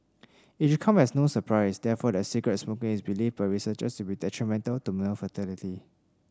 it should come as no surprise therefore that cigarette smoking is believed by researchers to be detrimental to male fertility